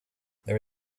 there